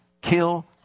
kill